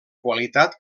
qualitat